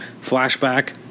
Flashback